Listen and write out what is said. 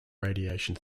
radiation